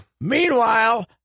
Meanwhile